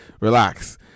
Relax